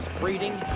breeding